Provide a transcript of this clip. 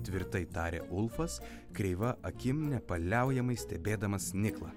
tvirtai tarė ulfas kreiva akim nepaliaujamai stebėdamas niklą